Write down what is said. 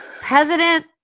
President